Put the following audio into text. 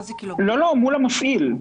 לא, מול המפעיל.